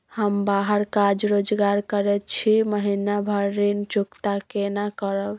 हम बाहर काज रोजगार करैत छी, महीना भर ऋण चुकता केना करब?